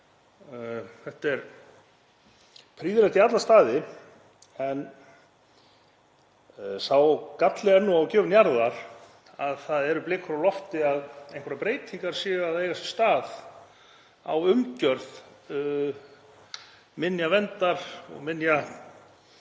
Það er prýðilegt í alla staði en sá galli er á gjöf Njarðar að það eru blikur á lofti um að breytingar séu að eiga sér stað á umgjörð minjaverndar og